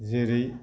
जेरै